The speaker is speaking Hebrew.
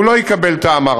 הוא לא יקבל את ההמרה.